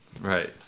Right